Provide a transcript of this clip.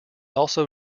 also